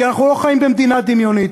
כי אנחנו לא חיים במדינה דמיונית,